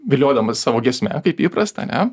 viliodamas savo giesme kaip įprasta ane